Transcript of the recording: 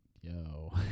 Yo